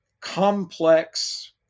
complex